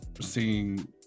seeing